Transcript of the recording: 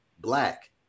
Black